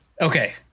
Okay